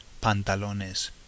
pantalones